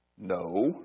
No